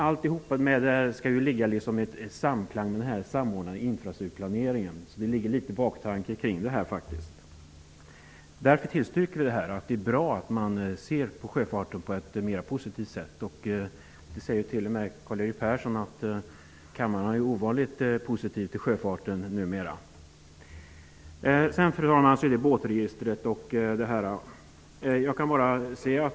Allt skall ju vara i samklang med den samordnade infrastrukturplaneringen. Det finns faktiskt en baktanke. Därför tillstyrker utskottet att man skall se positivt på sjöfarten. T.o.m. Karl-Erik Persson anser att kammaren är ovanligt positiv till sjöfart numera. Fru talman! Vidare har vi frågan om båtregistret.